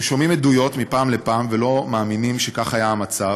אנחנו שומעים עדויות מפעם לפעם ולא מאמינים שזה היה המצב.